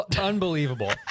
unbelievable